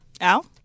Al